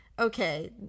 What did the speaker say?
okay